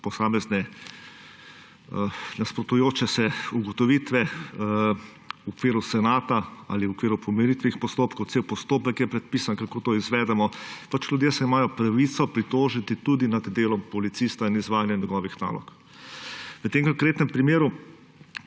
posamezne nasprotujoče se ugotovitve, v okviru senata ali v okviru pomiritvenih postopkov, cel postopek je predpisan, kako to izvedemo. Ljudje se imajo pravico pritožiti tudi nad delom policista in izvajanjem njegovih nalog. V tem konkretnem primeru